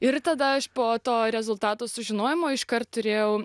ir tada aš po to rezultato sužinojimo iškart turėjau